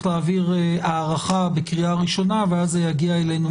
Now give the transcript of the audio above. להעביר הארכה בקריאה ראשונה ואז זה יגיע אלינו מחדש.